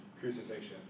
crucifixion